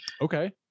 Okay